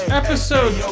episode